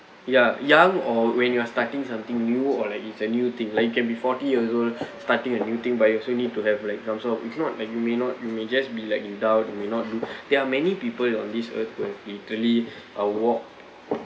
ya young or when you are starting something new or like it's a new thing like you can be forty years old starting a new thing but you also need to have like some sort of you cannot like you may not you may just be in doubt you may not do there're many people on this earth who have